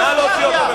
נא להוציא אותו.